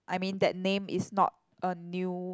I mean that name is not a new